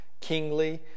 kingly